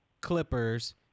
Clippers